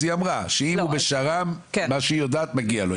אז היא אמרה שאם הוא בשר"ם מה שהיא יודעת מגיע לו,